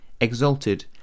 exalted